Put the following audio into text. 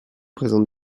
présente